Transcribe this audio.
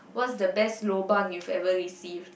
what's the best lobang you've ever received